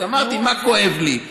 אז אמרתי מה כואב לי.